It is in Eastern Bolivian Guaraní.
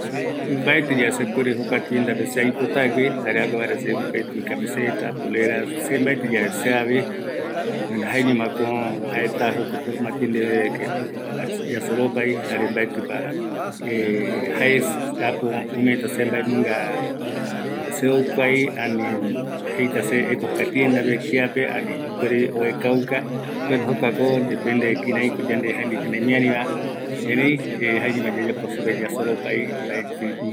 Baetɨ yave aväë camiseta aipotarämi, javoi seavea yave, aparanduta supe oïmera ketɨye aväëta supe jokua aipotava, jaema ko aipo semondota jae oikuarupi, se ayapota supe yasoropai